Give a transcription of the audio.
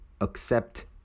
accept